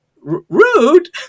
Rude